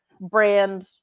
brand